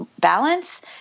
balance